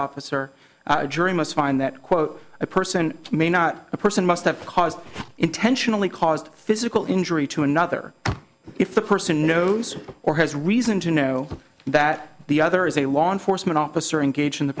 officer a jury must find that quote a person may not a person must have caused intentionally caused physical injury to another if the person knows or has reason to know that the other is a law enforcement officer engaged in the